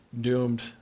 doomed